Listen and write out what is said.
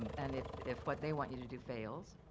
and if if what they want you to do fails,